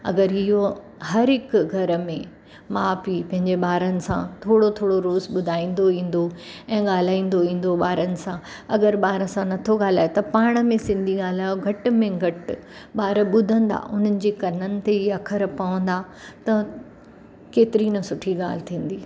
अगरि इहो हर हिकु घर में माउ पीउ पंहिंजे ॿारनि सां थोरो थोतो रोज़ु ॿुधाईंदो ईंदो ऐं ॻाल्हाईंदो ईंदो ॿारनि सां अगरि ॿार सां नथो ॻाल्हाए त पाण में सिंधी ॻाल्हायो घटि में घटि ॿार ॿुधंदा उन्हनि जे कननि ते इहा अखर पवंदा त केतिरी न सुठी ॻाल्हि थींदी